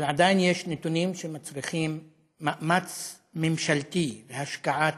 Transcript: אבל עדיין יש נתונים שמצריכים מאמץ ממשלתי והשקעה תקציבית,